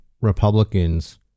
republicans